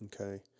Okay